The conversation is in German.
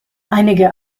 einige